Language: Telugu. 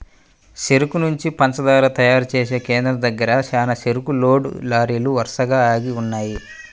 చెరుకు నుంచి పంచదార తయారు చేసే కేంద్రం దగ్గర చానా చెరుకు లోడ్ లారీలు వరసగా ఆగి ఉన్నయ్యి